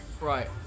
Right